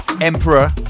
Emperor